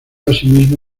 asimismo